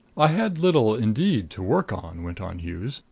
i had little, indeed, to work on, went on hughes.